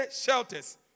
shelters